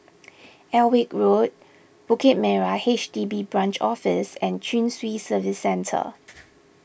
Alnwick Road Bukit Merah H D B Branch Office and Chin Swee Service Centre